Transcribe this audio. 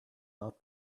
not